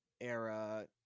era